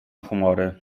humory